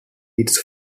its